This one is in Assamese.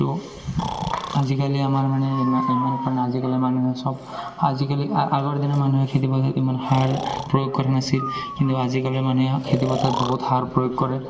তো আজিকালি আমাৰ মানে ইমান ইমান না আজিকালিৰ মানুহে চব আজিকালি আগৰ দিনৰ মানুহে খেতিপথাৰত ইমান সাৰ প্ৰয়োগ কৰা নাছিল কিন্তু আজিকালি মানুহে খেতিপথাৰ বহুত সাৰ প্ৰয়োগ কৰে